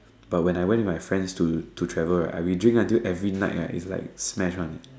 but when I went with my friends to to travel right I will drink until every night right is like smash one leh